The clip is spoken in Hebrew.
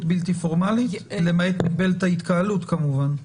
בלתי פורמלית למעט מגבלת ההתקהלות כמובן?